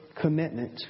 commitment